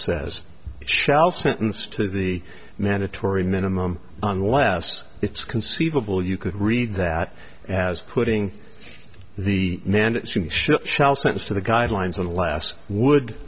says shall sentence to the mandatory minimum unless it's conceivable you could read that as putting the man shall sense to the guidelines and last would